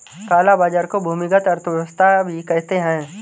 काला बाजार को भूमिगत अर्थव्यवस्था भी कहते हैं